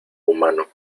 humano